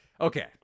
Okay